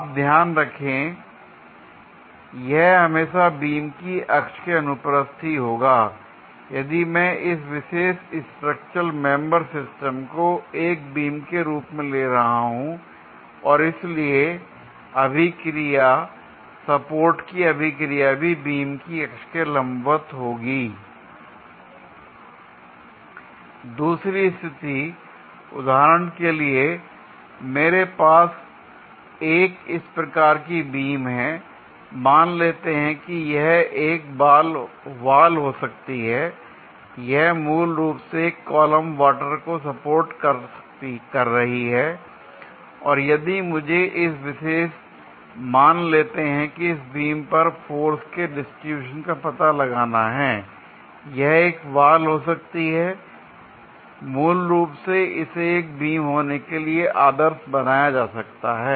आप ध्यान रखें यह हमेशा बीम की अक्ष के अनुप्रस्थ ही होगा यदि मैं इस विशेष स्ट्रक्चरल मेंबर सिस्टम को एक बीम के रूप में ले रहा हूं l और इसलिए अभिक्रिया सपोर्ट की अभिक्रिया भी बीम की अक्ष के लंबवत होगी l दूसरी स्थिति उदाहरण के लिए है मेरे पास एक इस प्रकार की बीम है l मान लेते हैं कि यह एक वाल हो सकती है और यह मूल रूप से एक कॉलम ऑफ़ वाटर को सपोर्ट कर रही है l और यदि मुझे इस विशेष मान लेते हैं कि बीम पर फोर्स के डिस्ट्रीब्यूशन का पता लगाना है l यह एक वाल हो सकती है मूल रूप से इसे एक बीम होने के लिए आदर्श बनाया जा सकता है